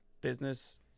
business